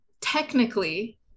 technically